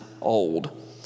old